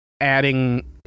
adding